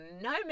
no